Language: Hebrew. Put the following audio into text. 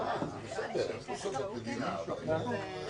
נפסקה בשעה 18:05 ונתחדשה בשעה 21:30)